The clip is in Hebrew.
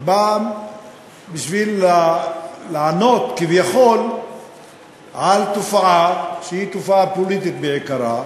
בא בשביל לענות כביכול על תופעה שהיא תופעה פוליטית בעיקרה,